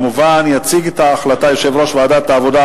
יציג את ההחלטה יושב-ראש ועדת העבודה,